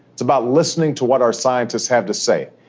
it's about listening to what our scientists have to say,